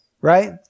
right